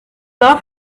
love